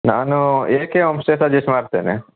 ನಾನು A K homestay suggest ಮಾಡ್ತೇನೆ